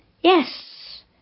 Yes